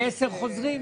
מי בעד הרוויזיה?